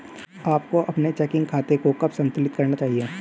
आपको अपने चेकिंग खाते को कब संतुलित करना चाहिए?